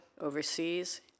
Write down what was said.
overseas